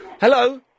Hello